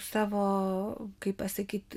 savo kaip pasakyt